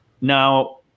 Now